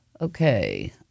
Okay